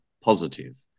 positive